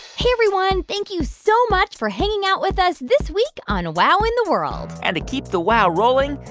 hey, everyone. thank you so much for hanging out with us this week on wow in the world and to keep the wow rolling,